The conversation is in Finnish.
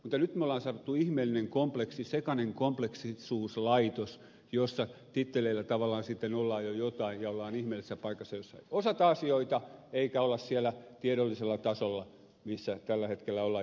mutta on saatu ihmeellinen kompleksi sekainen kompleksisuuslaitos jossa titteleillä tavallaan sitten ollaan jo jotain ja ollaan ihmeellisessä paikassa jossa ei osata asioita eikä olla siellä tiedollisella tasolla missä tällä hetkellä pitäisi olla